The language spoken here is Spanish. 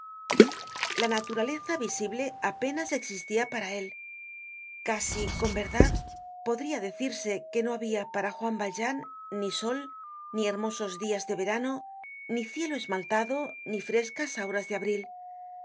la naturaleza visible apenas existia para él casi con verdad podria decirse que no habia para juan valjean ni sol ni hermosos dias de verano ni cielo esmaltado ni frescas auras de abril no